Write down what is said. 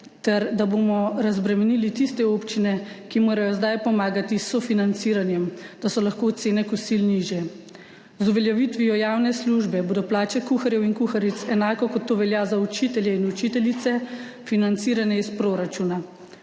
ter da bomo razbremenili tiste občine, ki morajo zdaj pomagati s sofinanciranjem, da so lahko cene kosil nižje. Z uveljavitvijo javne službe bodo plače kuharjev in kuharic, enako kot to velja za učitelje in učiteljice, financirane iz proračuna.